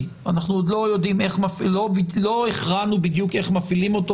ואנחנו לא הכרענו בדיוק איך מפעילים אותו,